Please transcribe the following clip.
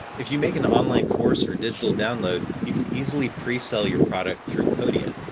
if you make an online course or digital download, you can easily pre-sell your product through podia.